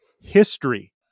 history